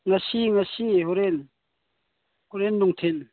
ꯉꯁꯤ ꯉꯁꯤ ꯍꯣꯔꯦꯟ ꯍꯣꯔꯦꯟ ꯅꯨꯡꯊꯤꯟ